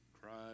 cried